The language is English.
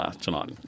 tonight